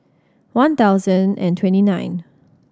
one thousand and twenty nine